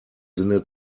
sinne